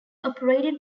operated